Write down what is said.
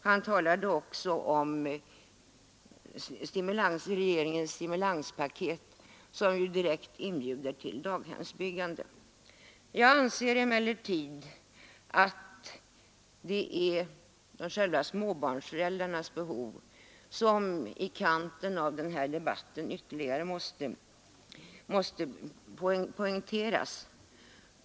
Han talade också om regeringens stimulanspaket, som ju direkt inbjuder till daghemsbyggande. Jag anser emellertid att småbarnsföräldrarnas behov ytterligare måste poängteras i slutet av den här debatten.